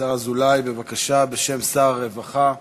השר אזולאי, בבקשה, בשם שר הרווחה.